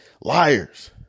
Liars